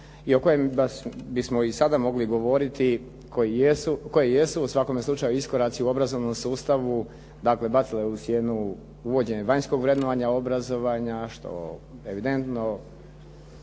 i o kojem bismo i sada mogli govoriti, koje i jesu, u svakome slučaju iskoraci u obrazovnom sustavu, dakle, bacila je u sjenu uvođenje vanjskog vrednovanja, obrazovanja što evidentno